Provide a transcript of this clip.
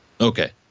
Okay